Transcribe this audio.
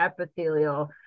epithelial